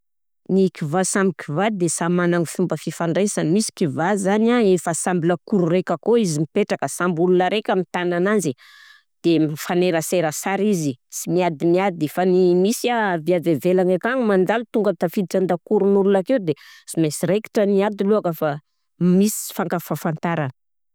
Ny kivà samy kivà de samy managny fomba fifandraisany, misy kivà zany a efa samby lakoro araiky akao izy mipetraka, samby olona raika mitana ananjy, de mifanerasera sara izy, sy miadiady fa ny misy a de avy ivelany akagny mandalo tonga tafiditra an-dakoron'ol akeo de sy mainsy raikitra ny ady lohaka fa misy sy fifankahafantarana.